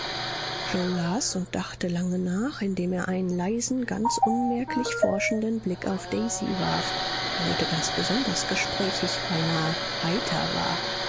yoe las und dachte lange nach indem er einen leisen ganz unmerklich forschenden blick auf daisy warf die heute ganz besonders gesprächig beinahe heiter war